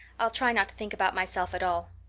i'll try not to think about myself at all.